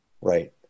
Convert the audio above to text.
right